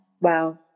Wow